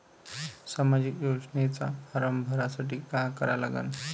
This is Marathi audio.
सामाजिक योजनेचा फारम भरासाठी का करा लागन?